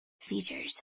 features